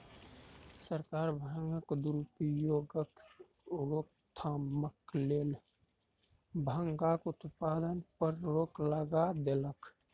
सरकार भांगक दुरुपयोगक रोकथामक लेल भांगक उत्पादन पर रोक लगा देलक